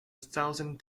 thousand